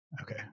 okay